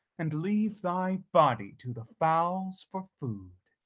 and leave thy body to the fowls for food.